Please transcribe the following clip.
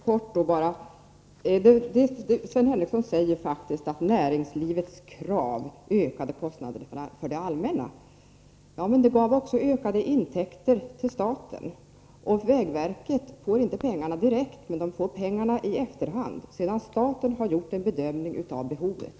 Herr talman! Sven Henricsson säger att näringslivets krav ökar kostnaderna för det allmänna. Men de ger också ökade intäkter för staten. Vägverket får inte pengarna direkt utan i efterhand sedan staten gjort en bedömning av behovet.